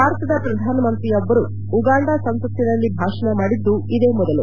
ಭಾರತದ ಪ್ರಧಾನಮಂತ್ರಿಯೊಬ್ಬರು ಉಗಾಂಡ ಸಂಸತ್ತಿನಲ್ಲಿ ಭಾಷಣ ಮಾಡಿದ್ದು ಇದೇ ಮೊದಲು